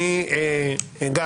אני גם,